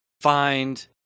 find